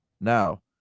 now